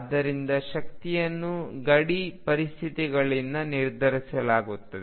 ಆದ್ದರಿಂದ ಶಕ್ತಿಯನ್ನು ಗಡಿ ಪರಿಸ್ಥಿತಿಗಳಿಂದ ನಿರ್ಧರಿಸಲಾಗುತ್ತದೆ